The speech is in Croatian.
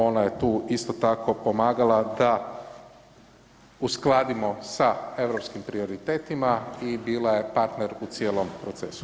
Ona je tu isto tako pomagala da uskladimo sa europskim prioritetima i bila je partner u cijelom procesu.